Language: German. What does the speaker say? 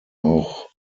auch